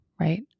right